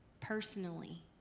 personally